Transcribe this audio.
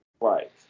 Right